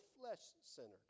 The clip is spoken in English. flesh-centered